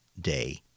day